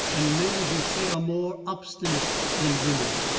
and men, as you say, are more obstinate than women.